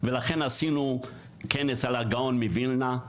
ולכן עשיתי כנס על הגאון מווילנה,